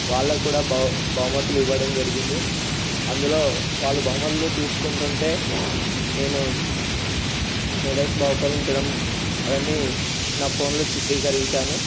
వాళ్లకు కూడా బహుమతులు ఇవ్వడం జరిగింది అందులో వాళ్ళు బహుమతులు తీసుకుంటుంటే నేను మెడల్స్ భాహుకరించడం అవన్నీ నా ఫోన్లో చిత్రీకరించాను